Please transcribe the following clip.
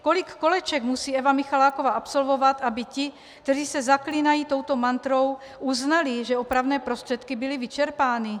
Kolik koleček musí Eva Michaláková absolvovat, aby ti, kteří se zaklínají touto mantrou, uznali, že opravné prostředky byly vyčerpány?